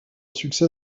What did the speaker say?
succès